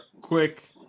quick